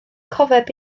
cofeb